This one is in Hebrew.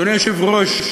אדוני היושב-ראש,